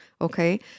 okay